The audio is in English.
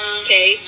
okay